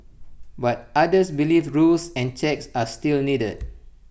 but others believe rules and checks are still needed